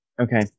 okay